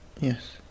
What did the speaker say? Yes